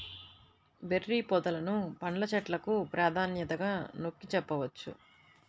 berry పొదలను పండ్ల చెట్లకు ప్రాధాన్యతగా నొక్కి చెప్పవచ్చు